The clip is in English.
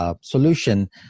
solution